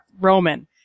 Roman